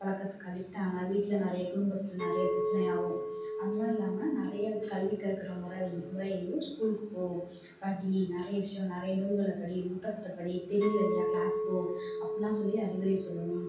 addict ஆனாங்கனா வீட்டில் நிறைய குடும்பத்தில் நிறைய பிரச்சனை ஆவும் அதலாம் இல்லாம நிறையா வந்து கல்வி கற்கிற முறை முறையையும் ஸ்கூலுக்கு போ படி நிறைய விஷயம் நிறைய நூல்களை படி புத்தகத்தை படி தெரியலயா கிளாஸ் போ அப்படிலாம் சொல்லி அறிவுரை சொல்லணும்